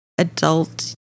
adult